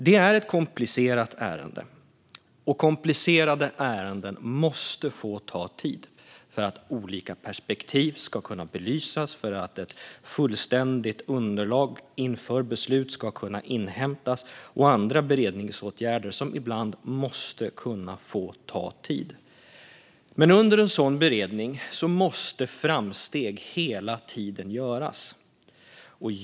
Det är ett komplicerat ärende, och komplicerade ärenden måste få ta tid för att olika perspektiv ska kunna belysas, för att ett fullständigt underlag inför olika beslut ska kunna inhämtas och andra beredningsåtgärder kunna göras som ibland måste kunna få kunna ta tid. Men under en sådan beredning måste framsteg hela tiden göras.